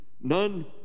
none